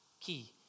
key